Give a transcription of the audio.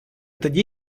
тоді